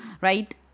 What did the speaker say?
right